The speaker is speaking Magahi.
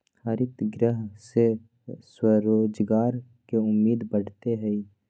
हरितगृह से स्वरोजगार के उम्मीद बढ़ते हई